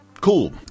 cool